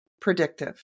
predictive